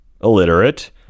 illiterate